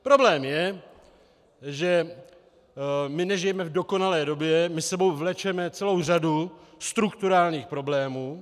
Problém je, že my nežijeme v dokonalé době, my s sebou vlečeme celou řadu strukturálních problémů.